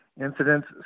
incidents